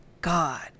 God